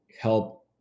help